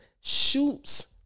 shoots